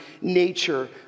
nature